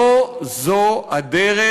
לא זו הדרך